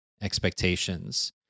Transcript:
expectations